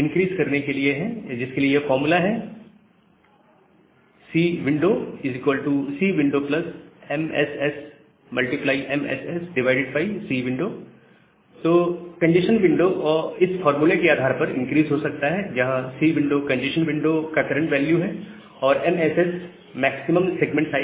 increase करने के लिए है और जिसके लिए यह फार्मूला है Cwnd Cwnd Cwnd तो कंजेस्शन विंडो इस फार्मूले के आधार पर इनक्रीस हो सकता है जहां Cwnd कंजेस्शन विंडो का करंट वैल्यू है और MSS मैक्सिमम सेगमेंट साइज है